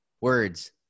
words